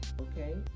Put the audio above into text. Okay